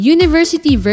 University